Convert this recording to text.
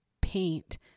paint